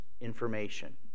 information